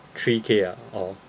three K ah or